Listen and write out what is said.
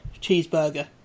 cheeseburger